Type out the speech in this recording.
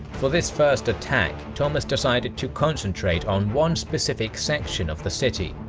for this first attack, thomas decided to concentrate on one specific section of the city,